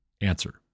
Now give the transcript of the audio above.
answer